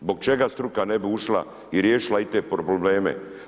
Zbog čega struka ne bi ušla i riješila i te probleme?